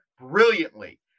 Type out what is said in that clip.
brilliantly